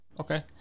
okay